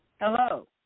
Hello